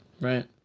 Right